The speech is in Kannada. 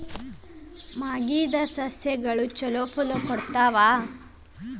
ಮಾಗಿದ್ ಸಸ್ಯಗಳು ಛಲೋ ಫಲ ಕೊಡ್ತಾವಾ?